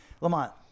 Lamont